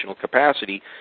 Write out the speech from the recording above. capacity